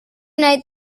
night